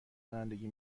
رانندگی